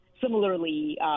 Similarly